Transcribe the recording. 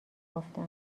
گفتم